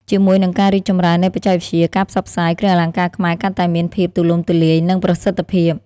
ជាមួយនឹងការរីកចម្រើននៃបច្ចេកវិទ្យា ការផ្សព្វផ្សាយ គ្រឿងអលង្ការខ្មែរកាន់តែមានភាពទូលំទូលាយ និងប្រសិទ្ធភាព។